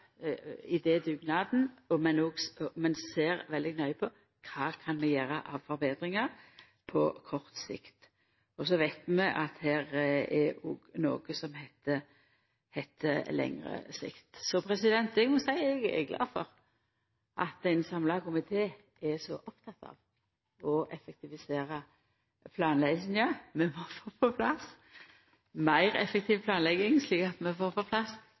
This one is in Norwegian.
men ser veldig nøye på kva vi kan gjera av forbetringar på kort sikt – og så veit vi at her er det òg noko som heiter lengre sikt. Så eg må seia at eg er glad for at ein samla komité er så oppteken av å effektivisera planlegginga. Vi må få på plass meir effektiv planlegging, slik at vi får på plass